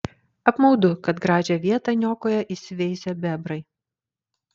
apmaudu kad gražią vietą niokoja įsiveisę bebrai